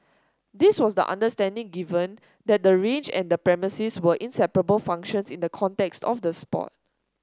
this was the understanding given that the range and the premises were inseparable functions in the context of the sport